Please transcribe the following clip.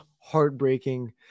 heartbreaking